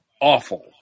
awful